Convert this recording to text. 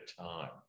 time